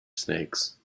snakes